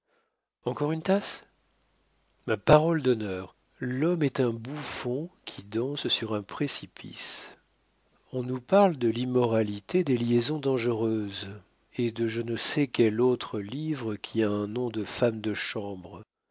encore une tasse ma parole d'honneur l'homme est un bouffon qui danse sur un précipice on nous parle de l'immoralité des liaisons dangereuses et de je ne sais quel autre livre qui a un nom de femme de chambre